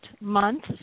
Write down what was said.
month